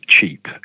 cheap